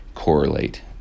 Correlate